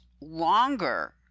longer